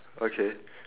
okay